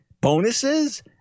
bonuses